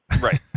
Right